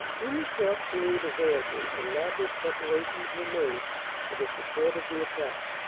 in the short period available elaborate preparations were made for the support of the attack.